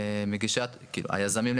היזמים,